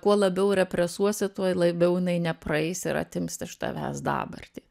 kuo labiau represuosi tuo labiau jinai nepraeis ir atims iš tavęs dabartį